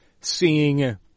seeing